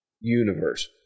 universe